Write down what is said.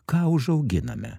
ką užauginame